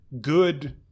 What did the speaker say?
good